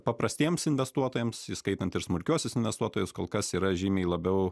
paprastiems investuotojams įskaitant ir smulkiuosius investuotojus kol kas yra žymiai labiau